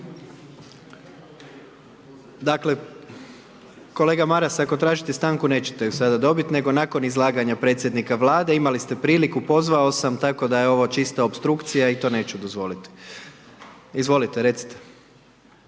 Dakle kolega Maras ako tražite stanku nećete ju sada dobiti nego nakon izlaganja predsjednika Vlade, imali ste priliku, pozvao sam, tako da je ovo čisto opstrukcija i to neću dozvoliti. Izvolite, recite.